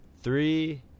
three